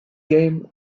game